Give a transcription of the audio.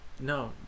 No